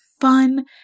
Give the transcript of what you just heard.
fun